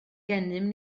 gennym